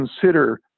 consider